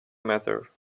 matter